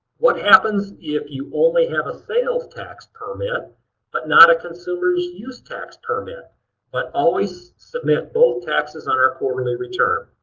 what happens if you only have a sales tax permit but not a consumer's use tax permit but always submit both taxes on our quarterly return?